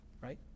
right